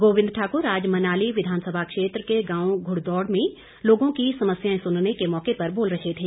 गोविंद ठाक्र आज मनाली विधानसभा क्षेत्र के गांव घुड़दौड़ में लोगों की समस्याएं सुनने के मौके पर बोल रहे थे